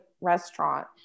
restaurant